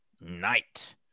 knight